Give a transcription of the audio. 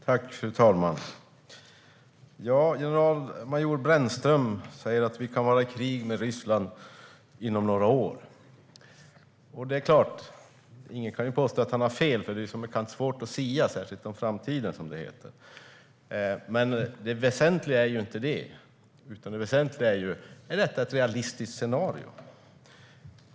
Fru talman! Generalmajor Brännström säger att vi kan vara i krig mot Ryssland inom några år. Och det är klart - ingen kan påstå att han har fel. Det är som bekant svårt att sia, särskilt om framtiden, som det heter. Men det väsentliga är inte detta, utan det väsentliga är: Är detta ett realistiskt scenario?